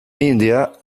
india